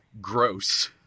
gross